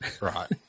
right